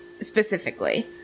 Specifically